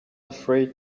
afraid